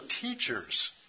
teachers